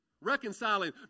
Reconciling